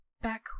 back